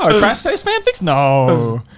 ah trash taste fanfics, no.